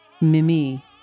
Mimi